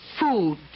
food